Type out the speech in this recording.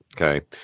okay